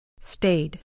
Stayed